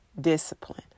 discipline